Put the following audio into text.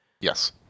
Yes